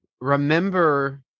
remember